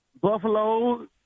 Buffalo